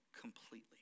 completely